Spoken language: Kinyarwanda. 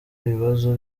ibibazo